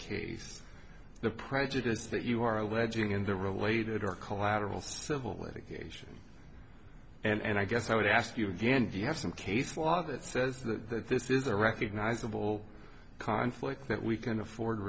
case the prejudice that you are alleging in the related or collaterals civil litigation and i guess i would ask you again do you have some case law that says that this is a recognizable conflict that we can afford